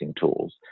tools